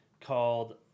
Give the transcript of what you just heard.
called